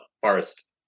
forest